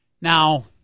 Now